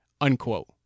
unquote